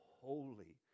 holy